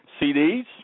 CDs